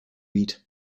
eat